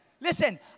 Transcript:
Listen